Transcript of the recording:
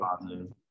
positive